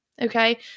Okay